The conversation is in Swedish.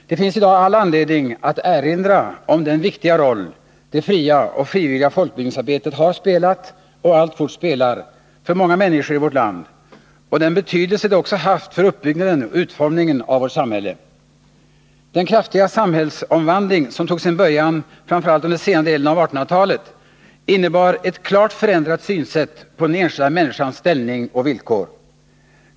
Herr talman! Det finns i dag all anledning att erinra om den viktiga roll som det fria och frivilliga folkbildningsarbetet har spelat och alltfort spelar för många människor i vårt land och den betydelse det också haft för uppbyggnaden och utformningen av vårt samhälle. Den kraftiga samhällsomvandling som tog sin början under senare delen av 1800-talet innebar ett klart förändrat synsätt på den enskilda människans ställning och villkor.